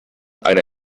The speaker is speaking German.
eine